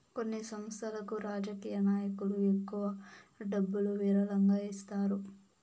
కొన్ని సంస్థలకు రాజకీయ నాయకులు ఎక్కువ డబ్బులు విరాళంగా ఇస్తారు